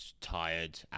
Tired